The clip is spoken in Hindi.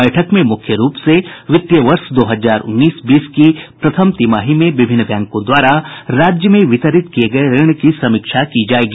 बैठक में मुख्य रूप से वित्तीय वर्ष दो हजार उन्नीस बीस की प्रथम तिमाही में विभिन्न बैंकों द्वारा राज्य में वितरित किये गये ऋण की समीक्षा की जायेगी